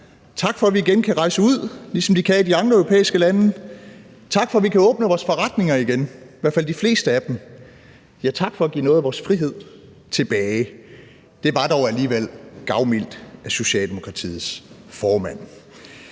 tak for, at vi igen kan rejse ud, ligesom de kan i de andre europæiske lande, tak for, at vi kan åbne vores forretninger igen – i hvert fald de fleste af dem – ja, tak for at give os noget af vores frihed tilbage. Det var dog alligevel gavmildt af Socialdemokratiets formand.